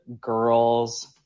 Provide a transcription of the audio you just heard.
girls